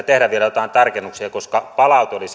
tehdä vielä joitakin tarkennuksia koska palaute oli